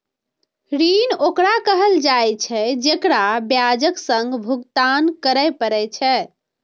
ऋण ओकरा कहल जाइ छै, जेकरा ब्याजक संग भुगतान करय पड़ै छै